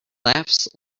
laughs